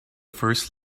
first